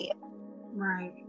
Right